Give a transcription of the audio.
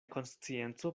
konscienco